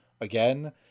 again